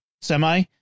semi